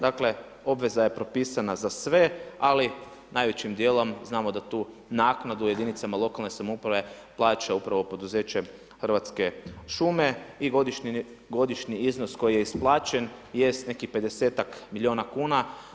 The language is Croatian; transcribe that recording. Dakle, obveza je propisana za sve ali najvećim dijelom znamo da tu naknadu jedinicama lokalne samouprave plaća upravo poduzeće Hrvatske šume i godišnji iznos koji je isplaćen jest nekih pedesetak milijuna kuna.